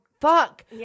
Fuck